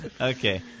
Okay